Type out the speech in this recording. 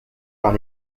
par